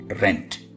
rent